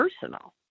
personal